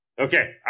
Okay